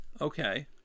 Okay